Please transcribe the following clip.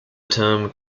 term